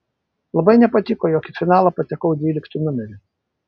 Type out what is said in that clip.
labai nepatiko jog į finalą patekau dvyliktu numeriu